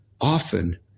often